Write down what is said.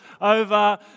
over